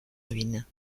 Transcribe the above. ruine